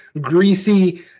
greasy